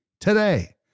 today